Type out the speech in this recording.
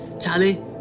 Charlie